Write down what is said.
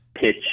pitch